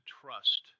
trust